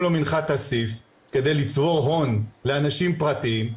לו מנחת אסיף כדי לצרוך הון לאנשים פרטיים.